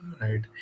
right